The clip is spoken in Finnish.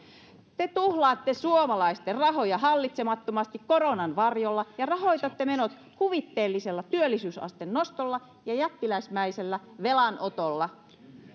te tuhlaatte suomalaisten rahoja hallitsemattomasti koronan varjolla ja rahoitatte menot kuvitteellisella työllisyysasteen nostolla ja jättiläismäisellä velanotolla